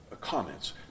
comments